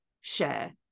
share